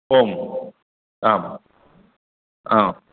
आम् आम् आम्